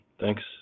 Thanks